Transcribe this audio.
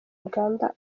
uganda